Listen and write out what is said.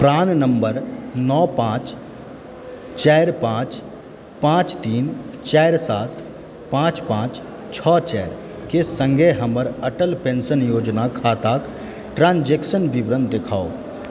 प्राण number नओ पाँच चारि पाँच पाँच तीन चारि सात पाँच पाँच छओ चारिकेँ सङ्गे हमर अटल पेंशन योजना खाताक ट्रांजेक्शन विवरण देखाउ